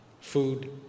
food